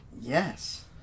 yes